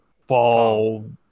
fall